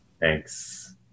Thanks